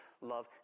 love